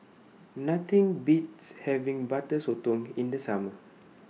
Nothing Beats having Butter Sotong in The Summer